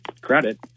credit